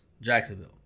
Jacksonville